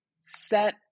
set